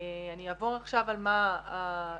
אני אעבור עכשיו על מה החידושים